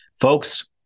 Folks